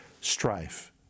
strife